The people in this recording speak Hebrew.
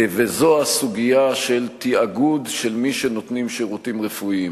וזאת הסוגיה של תאגוד של מי שנותנים שירותים רפואיים.